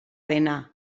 dena